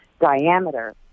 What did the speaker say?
diameter